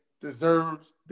deserves